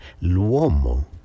l'uomo